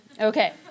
Okay